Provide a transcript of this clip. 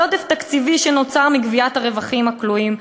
על עודף תקציבי שנוצר מגביית הרווחים הכלואים.